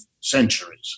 centuries